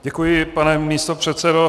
Děkuji, pane místopředsedo.